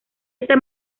este